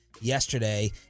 yesterday